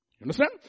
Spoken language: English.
Understand